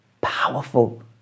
powerful